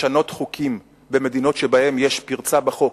לשנות חוקים במדינות שבהן יש פרצה בחוק,